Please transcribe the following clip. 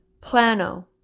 Plano